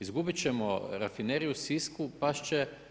Izgubit ćemo rafineriju u Sisku, past će